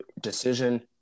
decision